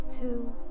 Two